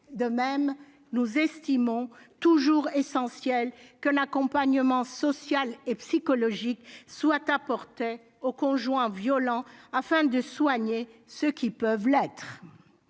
De même, nous estimons toujours essentiel qu'un accompagnement social et psychologique soit apporté aux conjoints violents afin de soigner ceux qui peuvent l'être.